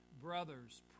Brothers